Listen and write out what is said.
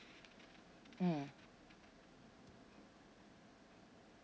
mm